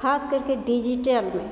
खास करके डिजीटलमे